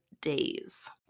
days